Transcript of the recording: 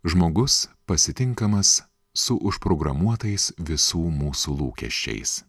žmogus pasitinkamas su užprogramuotais visų mūsų lūkesčiais